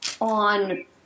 on